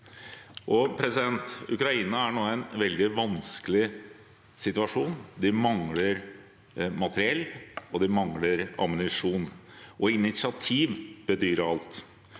Ukraina er nå i en veldig vanskelig situasjon. De mangler materiell, og de mangler ammunisjon, og initiativ betyr alt.